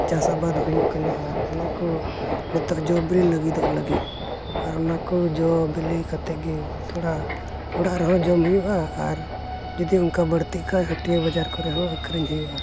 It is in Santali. ᱪᱟᱥ ᱟᱵᱟᱫ ᱦᱩᱭᱩᱜ ᱠᱟᱱᱟ ᱟᱨ ᱚᱱᱟᱠᱚ ᱱᱤᱛᱚᱜ ᱡᱚᱼᱵᱤᱞᱤ ᱞᱟᱹᱜᱤᱫᱚᱜ ᱞᱟᱹᱜᱤᱫ ᱟᱨ ᱚᱱᱟ ᱠᱚ ᱡᱚ ᱵᱤᱞᱤ ᱠᱟᱛᱮᱫ ᱜᱮ ᱛᱷᱚᱲᱟ ᱚᱲᱟᱜ ᱨᱮᱦᱚᱸ ᱡᱚᱢ ᱦᱩᱭᱩᱜᱼᱟ ᱟᱨ ᱡᱩᱫᱤ ᱚᱱᱠᱟ ᱵᱟᱹᱲᱛᱤᱜ ᱠᱷᱟᱱ ᱦᱟᱹᱴᱭᱟᱹ ᱵᱟᱡᱟᱨ ᱠᱚᱨᱮ ᱦᱚᱸ ᱟᱹᱠᱷᱨᱤᱧ ᱦᱩᱭᱩᱜᱼᱟ